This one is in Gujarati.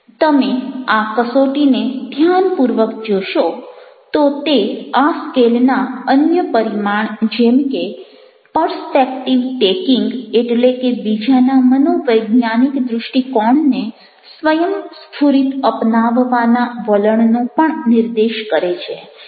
તમે આ કસોટીને ધ્યાનપૂર્વક જોશો તો તે આ સ્કેલના અન્ય પરિમાણ જેમ કે પર્સ્પેક્ટિવ ટેકિંગ એટલે કે બીજાના મનોવૈજ્ઞાનિક દૃષ્ટિકોણને સ્વયંસ્ફુરિત અપનાવવાના વલણનો પણ નિર્દેશ કરે છે